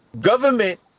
government